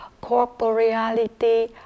corporeality